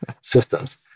systems